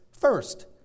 first